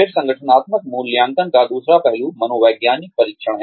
फिर संगठनात्मक मूल्यांकन का दूसरा पहलू मनोवैज्ञानिक परीक्षण है